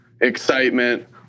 excitement